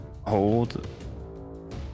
hold